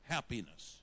Happiness